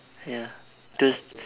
ya those